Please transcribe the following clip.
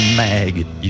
maggot